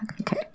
Okay